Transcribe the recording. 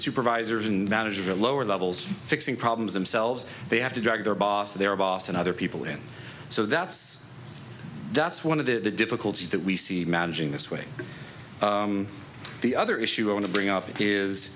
supervisors and managers at lower levels fixing problems themselves they have to drag their boss their boss and other people and so that's that's one of the difficulties that we see managing this way the other issue i want to bring up is